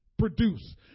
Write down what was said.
produce